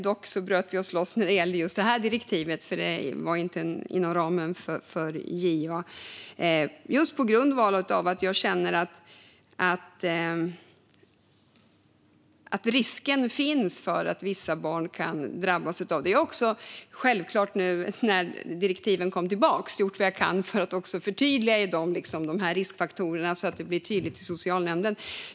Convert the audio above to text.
Dock bröt vi oss loss när det gällde just det här direktivet, för det var inte inom ramen för januariavtalet. Jag känner att det finns en risk för att vissa barn kan drabbas av det. Sedan direktiven kom tillbaka har jag självklart gjort vad jag kan för att förtydliga dessa riskfaktorer, så att det blir tydligt i socialnämnden.